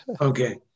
Okay